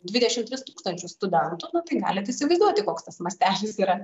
dvidešim trys tūkstančius studentų tai galit įsivaizduoti koks tas mastelis yra